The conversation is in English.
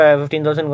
15,000